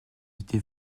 étiez